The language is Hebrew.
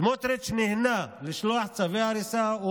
סמוטריץ' נהנה לשלוח צווי הריסה.